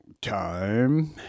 time